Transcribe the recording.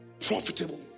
Profitable